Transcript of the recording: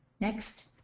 next.